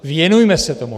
Věnujme se tomu!